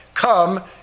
come